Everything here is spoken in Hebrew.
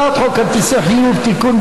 הצעת חוק כרטיסי חיוב (תיקון,